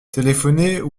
téléphoner